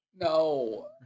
no